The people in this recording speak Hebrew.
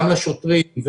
גם לשוטרים,